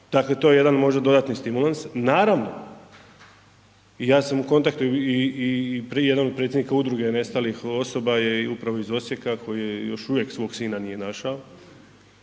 Dakle, to je jedan možda dodatni stimulans. Naravno i ja sam u kontaktu i pri jednom predsjedniku udruge nestalih osoba je upravo iz Osijeka koji još uvijek svog sina nije našao